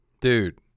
Dude